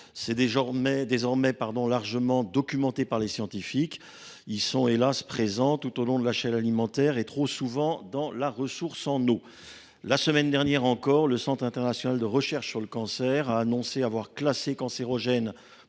l’ont désormais largement documenté, elles sont présentes tout au long de la chaîne alimentaire et trop souvent dans la ressource en eau. La semaine dernière, le Centre international de recherche sur le cancer a annoncé avoir classé cancérogène